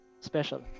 special